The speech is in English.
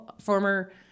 former